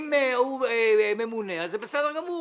אם הוא ממונה זה בסדר גמור,